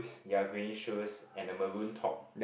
ya greenish shoes and a maroon top